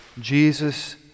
Jesus